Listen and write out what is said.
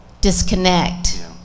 disconnect